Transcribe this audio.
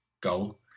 goal